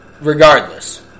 Regardless